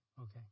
okay